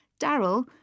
Daryl